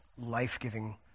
life-giving